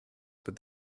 but